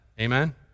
Amen